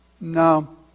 No